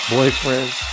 Boyfriends